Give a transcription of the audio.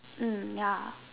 mm ya